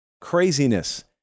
Craziness